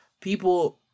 people